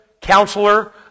Counselor